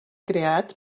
creat